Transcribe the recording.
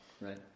right